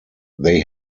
they